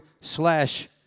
slash